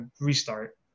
restart